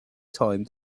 time